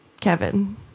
kevin